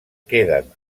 queden